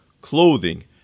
clothing